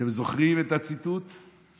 אתם זוכרים את הציטוט?